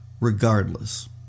regardless